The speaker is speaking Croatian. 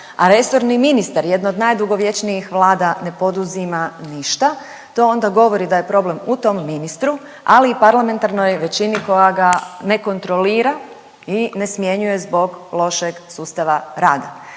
resorni ministar, jedne od najdugovječnijih Vlada ne poduzima ništa to onda govori da je problem u tom ministru ali i parlamentarnoj većini koja ga ne kontrolira i ne smjenjuje zbog lošeg sustava rada.